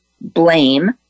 blame